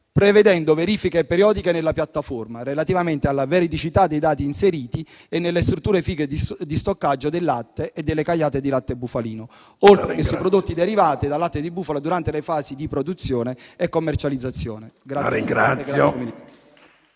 prevedendo verifiche periodiche nelle piattaforme, relativamente alla veridicità dei dati inseriti, e nelle strutture frigo di stoccaggio del latte e delle cagliate di latte bufalino, oltre che sui prodotti derivati dal latte di bufala durante le fasi di produzione e commercializzazione,